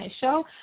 show